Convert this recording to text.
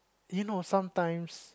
you know sometimes